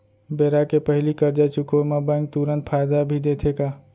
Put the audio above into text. बेरा के पहिली करजा चुकोय म बैंक तुरंत फायदा भी देथे का?